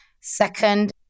Second